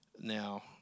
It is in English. Now